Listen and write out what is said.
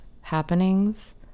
happenings